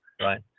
right